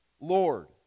Lord